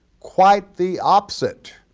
quite the opposite,